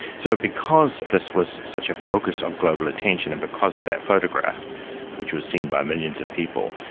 so because this was such a focus of global attention and because of that photograph which was seen by millions of people,